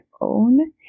own